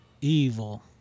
evil